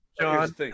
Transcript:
John